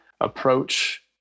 approach